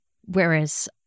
Whereas